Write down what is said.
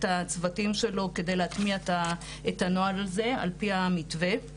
הצוותים שלו כדי להטמיע את הנוהל הזה על פי המתווה,